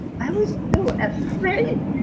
i was so afraid!